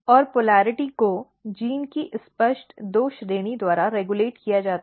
और पोलिरटी को जीन की स्पष्ट दो श्रेणी द्वारा रेगुलेट किया जाता है